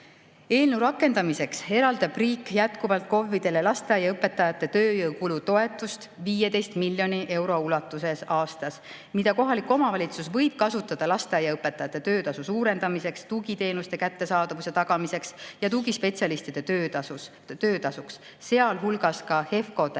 Eelnõu rakendamiseks eraldab riik jätkuvalt KOV‑idele lasteaiaõpetajate tööjõukulude toetust 15 miljoni euro ulatuses aastas, mida kohalik omavalitsus võib kasutada lasteaiaõpetajate töötasu suurendamiseks, tugiteenuste kättesaadavuse tagamiseks ja tugispetsialistide töötasuks, sealhulgas ka HEVKO‑de